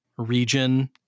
region